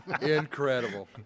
Incredible